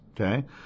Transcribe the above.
Okay